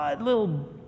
little